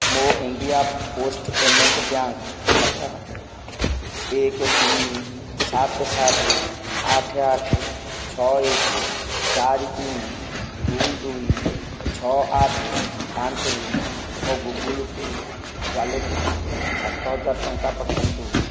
ମୋ India post payment bank ଖାତା ଏକ ତିନି ସାତ ସାତ ଆଠ ଆଠ ଛଅ ଏକ ଚାରି ତିନି ଦୁଇ ଦୁଇ ଛଅ ଆଠ ପାଞ୍ଚରୁ ମୋ ଗୁଗୁଲ୍ ପେ ୱାଲେଟ୍କୁ ସାତ ହଜାର ଟଙ୍କା ପଠାନ୍ତୁ